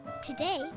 Today